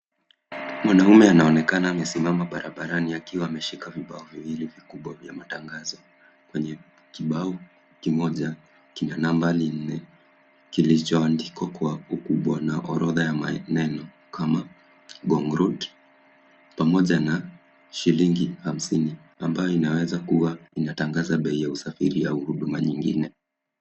Mwanaume anaonekana amesimama barabarani akiwa ameshika vibao viwili vikubwa vya matangazo. Kwenye kibao kimoja kina nambari 4 kilichoandikwa kwa ukubwa na orodha ya maneno kama ngong road pamoja na shilingi 50 ambayo inawezakuwa inatangaza bei ya usafiri au huduma nyingine.